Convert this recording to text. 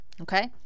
Okay